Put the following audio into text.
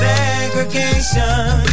Segregation